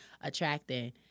attracting